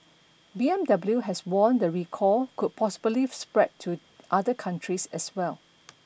B M W has warned the recall could possibly spread to other countries as well